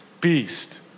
beast